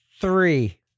three